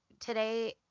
today